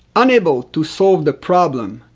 unable to solve the problem,